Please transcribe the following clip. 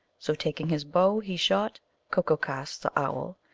so taking his bow he shot ko ko-khas the owl,